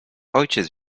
ojciec